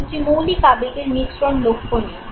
দুটি মৌলিক আবেগের মিশ্রণ লক্ষণীয়